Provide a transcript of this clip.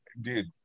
Dude